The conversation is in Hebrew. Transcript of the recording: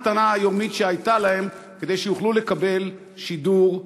הקטנה שהייתה להם כדי שיוכלו לקבל שידור,